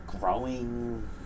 growing